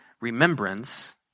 remembrance